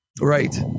right